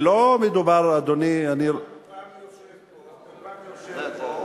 ולא מדובר, אדוני, פעם יושב פה, ופעם יושב פה,